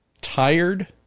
Tired